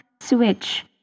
switch